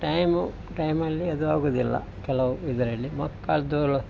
time ಟೈಮಲ್ಲಿ ಅದು ಆಗುವುದಿಲ್ಲ ಕೆಲವು ಇದರಲ್ಲಿ ಮಕ್ಕಳದ್ದು